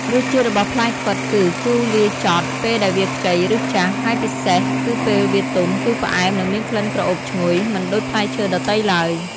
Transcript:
រសជាតិរបស់ផ្លែខ្វិតគឺ ជូរលាយចត់ពេលដែលវាខ្ចីឬចាស់ ហើយពិសេសគឺពេលវាទុំគឺផ្អែមនិងមានក្លិនក្រអូបឈ្ងុយ មិនដូចផ្លែឈើដទៃឡើយ។